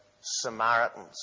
Samaritans